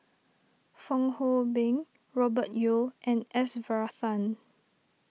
Fong Hoe Beng Robert Yeo and S Varathan